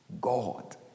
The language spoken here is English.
God